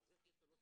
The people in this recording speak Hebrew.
אז איך זה?